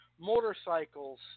motorcycles